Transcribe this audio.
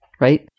right